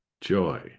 joy